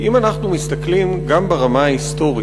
אם אנחנו מסתכלים גם ברמה ההיסטורית,